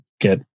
get